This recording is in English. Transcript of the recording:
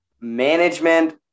management